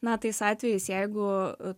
na tais atvejais jeigu